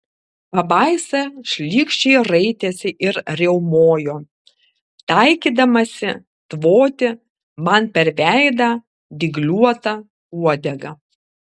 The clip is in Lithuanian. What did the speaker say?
pabaisa šlykščiai raitėsi ir riaumojo taikydamasi tvoti man per veidą dygliuota uodega